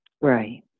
right